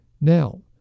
Now